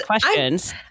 questions